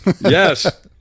Yes